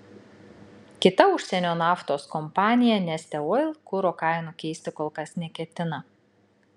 kita užsienio naftos kompanija neste oil kuro kainų keisti kol kas neketina